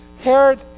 Herod